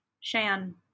Shan